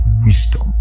wisdom